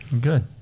Good